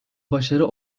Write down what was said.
başarı